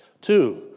Two